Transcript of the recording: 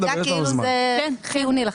לא, באמת, כי את מציגה כאילו זה חיוני לכם.